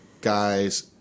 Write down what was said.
guys –